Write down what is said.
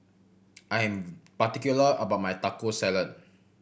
I am particular about my Taco Salad